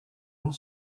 one